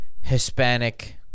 Hispanic